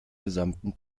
gesamten